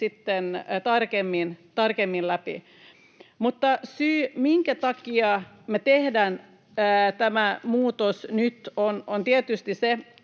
tarkemmin läpi. Mutta syy siihen, minkä takia me tehdään tämä muutos nyt, on tietysti se,